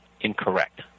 incorrect